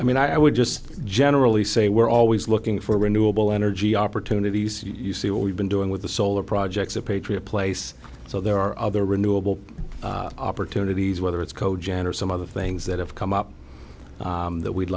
i mean i would just generally say we're always looking for renewable energy opportunities you see what we've been doing with the solar projects a patriot place so there are other renewable opportunities whether it's co gen or some other things that have come up that we'd